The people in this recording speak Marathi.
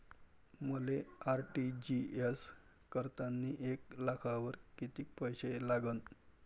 मले आर.टी.जी.एस करतांनी एक लाखावर कितीक पैसे लागन?